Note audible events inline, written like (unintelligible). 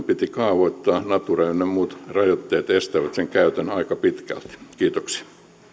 (unintelligible) piti kaavoittaa natura ynnä muut rajoitteet estävät sen käytön aika pitkälti kiitoksia